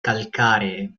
calcaree